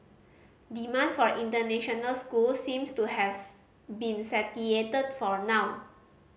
demand for international schools seems to have been for now